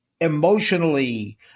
emotionally